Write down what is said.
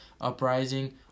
uprising